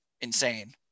insane